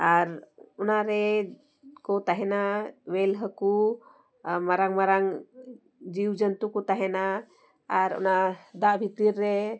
ᱟᱨ ᱚᱱᱟᱨᱮ ᱠᱚ ᱛᱟᱦᱮᱱᱟ ᱢᱮᱞ ᱦᱟᱹᱠᱩ ᱢᱟᱨᱟᱝ ᱢᱟᱨᱟᱝ ᱡᱤᱣ ᱡᱚᱱᱛᱩ ᱠᱚ ᱛᱟᱦᱮᱱᱟ ᱟᱨ ᱚᱱᱟ ᱫᱟᱜ ᱵᱷᱤᱛᱤᱨ ᱨᱮ